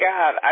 God